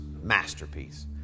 masterpiece